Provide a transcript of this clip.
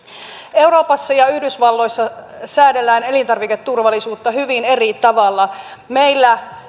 euroopassa ja yhdysvalloissa säädellään elintarviketurvallisuutta hyvin eri tavalla meillä